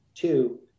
Two